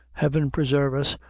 heaven presarve us,